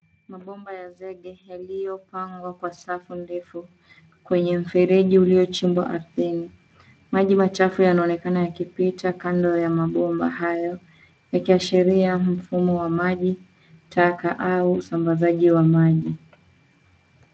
Mabomba ya zege yaliyopangwa, kwa safu ndefu kwenye mfereji uliochimbwa ardhini. Maji machafu yanaonekana yakipita kando ya mabomba hayo, ikiashiria mfumo wa maji ,taka au usambazaji wa maji.